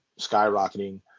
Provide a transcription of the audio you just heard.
skyrocketing